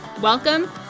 Welcome